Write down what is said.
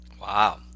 Wow